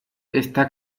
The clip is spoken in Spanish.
está